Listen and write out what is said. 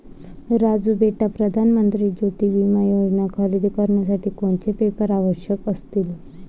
राजू बेटा प्रधान मंत्री ज्योती विमा योजना खरेदी करण्यासाठी कोणते पेपर आवश्यक असतील?